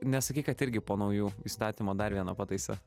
nesakyk kad irgi po naujų įstatymo dar viena pataisa